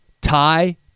tie